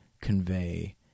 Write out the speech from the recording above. convey